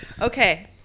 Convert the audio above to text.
Okay